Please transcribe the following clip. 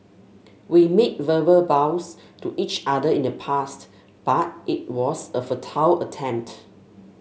we made verbal vows to each other in the past but it was a futile attempt